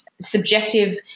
subjective